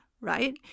right